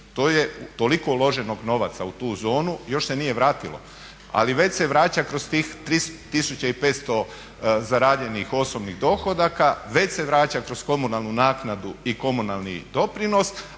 To je toliko uloženog novaca u tu zonu. Još se nije vratilo. Ali već se vraća kroz tih 3500 zarađenih osobnih dohodaka, već se vraća kroz komunalnu naknadu i komunalni doprinos,